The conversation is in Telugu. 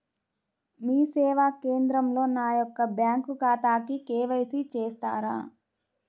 మీ సేవా కేంద్రంలో నా యొక్క బ్యాంకు ఖాతాకి కే.వై.సి చేస్తారా?